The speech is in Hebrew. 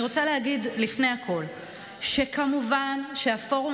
אני רוצה להגיד לפני הכול שכמובן שהפורום